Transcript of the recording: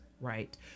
right